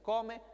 Come